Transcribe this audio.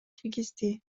киргизди